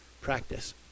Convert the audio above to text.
practice